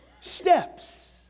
steps